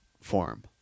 form